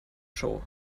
show